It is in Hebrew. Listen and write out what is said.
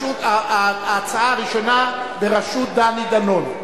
ההצעה הראשונה, בראשות דני דנון.